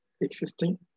existing